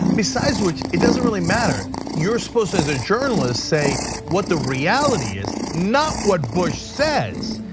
besides which, it doesn't really matter. you're supposed to, as a journalist, say what the reality is, not what bush says.